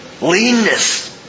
Leanness